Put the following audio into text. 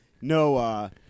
no